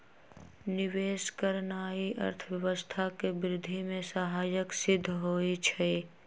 निवेश करनाइ अर्थव्यवस्था के वृद्धि में सहायक सिद्ध होइ छइ